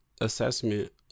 assessment